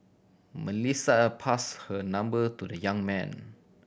Melissa pass her number to the young man